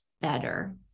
better